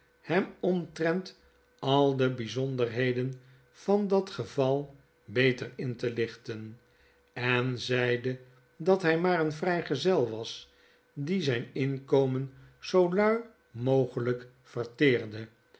hem omtrent al de bijzonderheden van dat geval beter in te lichten en zeide dat hij maar een vrijgezel was die zijn inkomen zoo lui mogelijk verteerde